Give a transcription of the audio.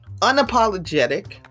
Unapologetic